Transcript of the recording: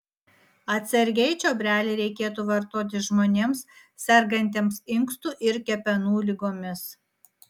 atsargiai čiobrelį reikėtų vartoti žmonėms sergantiems inkstų ir kepenų ligomis